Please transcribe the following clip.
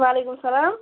وعلیکُم سلام